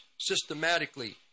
systematically